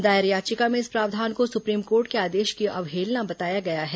दायर याचिका में इस प्रावधान को सुप्रीम कोर्ट के आदेश की अवहेलना बताया गया है